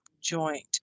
joint